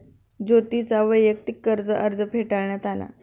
ज्योतीचा वैयक्तिक कर्ज अर्ज फेटाळण्यात आला